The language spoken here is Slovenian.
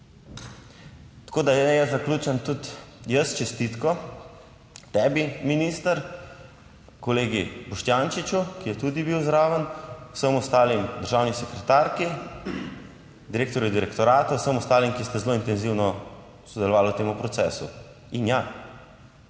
Tako da, jaz zaključim s čestitko tebi, minister, kolegi Boštjančiču, ki je tudi bil zraven, vsem ostalim, državni sekretarki, direktorju direktorata, vsem ostalim, ki ste zelo intenzivno sodelovali v tem procesu in ja,